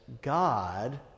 God